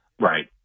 Right